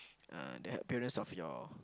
uh the appearance of your